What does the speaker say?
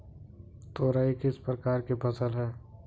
तोरई किस प्रकार की फसल है?